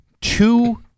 two